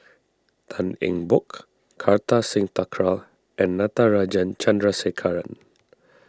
Tan Eng Bock Kartar Singh Thakral and Natarajan Chandrasekaran